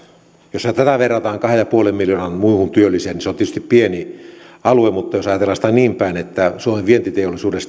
jos tätä verrataan kahteen pilkku viiteen miljoonaan muuhun työlliseen niin se on tietysti pieni alue mutta jos ajatellaan sitä niin päin että katsotaan suomen vientiteollisuuden